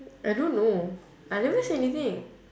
I don't know I never say anything